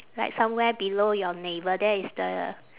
like somewhere below your navel that is the